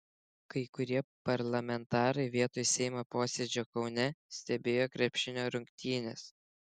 kai kurie parlamentarai vietoj seimo posėdžio kaune stebėjo krepšinio rungtynes